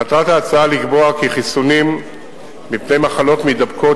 מטרת ההצעה לקבוע כי חיסונים מפני מחלות מידבקות